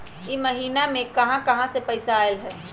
इह महिनमा मे कहा कहा से पैसा आईल ह?